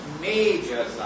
major